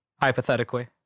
hypothetically